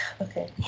Okay